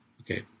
Okay